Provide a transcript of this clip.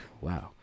wow